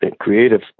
creative